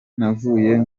navuye